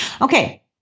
Okay